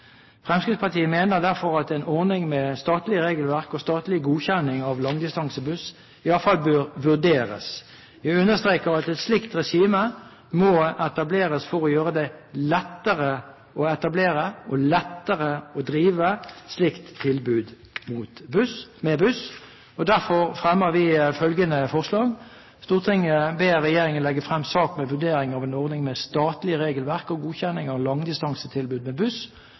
Fremskrittspartiet mener derfor at en ordning med statlig regelverk og statlig godkjenning av langdistansetilbud med buss i alle fall bør vurderes. Jeg understreker at et slikt regime må etableres for å gjøre det lettere å etablere og drive et slikt busstilbud. Derfor fremmer vi følgende forslag: «Stortinget ber regjeringen legge frem en sak med vurdering av en ordning med statlig regelverk og godkjenning av langdistansetilbud med buss